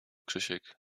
krzysiek